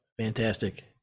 fantastic